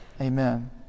Amen